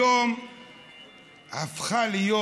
היום השחיתות הפכה להיות